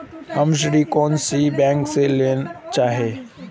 हमें ऋण कौन सी बैंक से लेना चाहिए?